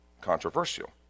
controversial